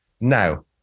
Now